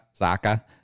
Zaka